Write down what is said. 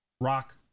Rock